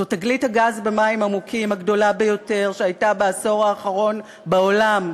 זאת תגלית הגז במים עמוקים הגדולה ביותר שהייתה בעשור האחרון בעולם.